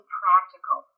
practical